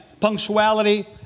punctuality